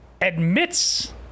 admits